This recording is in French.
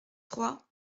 trois